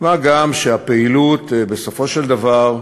מה גם שהפעילות, בסופו של דבר,